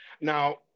Now